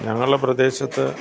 ഞങ്ങളുടെ പ്രദേശത്ത്